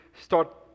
start